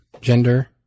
gender